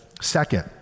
Second